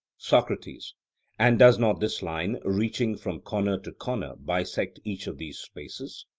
socrates and does not this line, reaching from corner to corner, bisect each of these spaces?